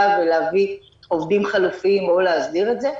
ולהביא עובדים חלופיים או להסדיר את זה.